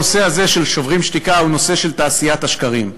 הנושא הזה של "שוברים שתיקה" הוא נושא של תעשיית השקרים,